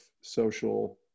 social